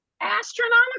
astronomical